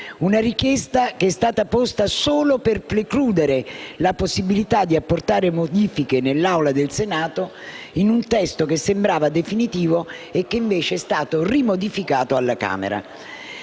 una richiesta che è stata posta solo per precludere la possibilità di apportare modifiche nell'Aula del Senato, in un testo che sembrava definitivo e che invece è stato rimodificato dalla Camera.